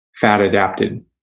fat-adapted